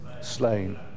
slain